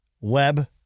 web